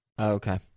Okay